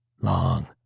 Long